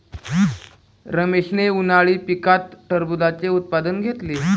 रमेशने उन्हाळी पिकात टरबूजाचे उत्पादन घेतले